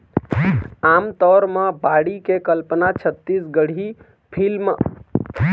आमतौर म बाड़ी के कल्पना छत्तीसगढ़ी संस्कृति म घर के तीर तिखार जगा ले हवय